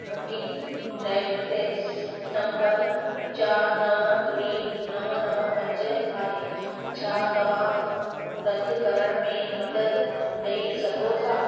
booking reference number चारि नव ॿुड़ी नव नव पंज आहे छा तव्हां रदि करण में मदद ॾेई सघो था